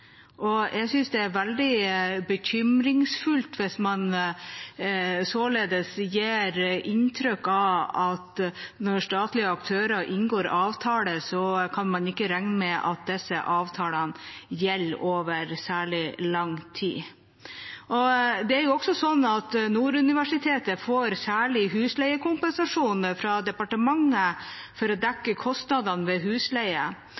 og jeg synes det er veldig bekymringsfullt hvis man således gir inntrykk av at når statlige aktører inngår avtaler, kan man ikke regne med at disse avtalene gjelder over særlig lang tid. Det er også sånn at Nord universitet får særlig husleiekompensasjon fra departementet for å dekke kostnadene ved husleie,